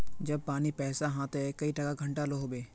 जब पानी पैसा हाँ ते कई टका घंटा लो होबे?